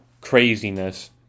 craziness